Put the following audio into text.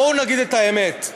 בואו נגיד את האמת,